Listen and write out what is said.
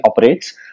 operates